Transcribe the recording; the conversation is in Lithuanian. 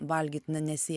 valgyt na ne sė